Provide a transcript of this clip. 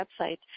website